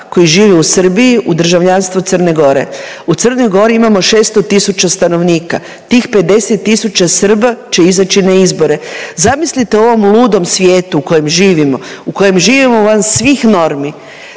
koji žive u Srbiji u državljanstvo Crne Gore. U Crnoj Gori imamo 600 tisuća stanovnika. Tih 50 tisuća Srba će izaći na izbore. Zamislite u ovom ludom svijetu u kojem živimo, u kojem živimo van svih normi,